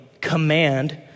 command